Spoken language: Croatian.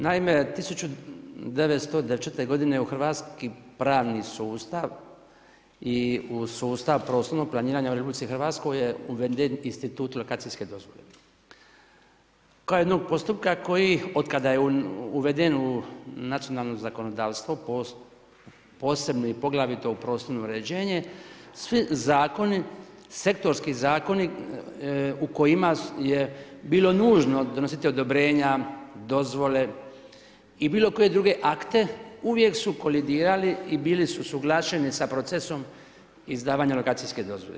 Naime, 1994. godine u hrvatski pravni sustav i u sustav prostornog planiranja u Republici Hrvatskoj je uveden institut lokacijske dozvole kao jednog postupka koji od kada je uveden u nacionalno zakonodavstvo posebno i poglavito u prostorno uređenje svi zakoni, sektorski zakoni u kojima je bilo nužno donositi odobrenja, dozvole i bilo koje druge akte uvijek su kolidirali i bili su suglašeni sa procesom izdavanja lokacijske dozvole.